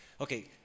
Okay